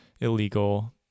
illegal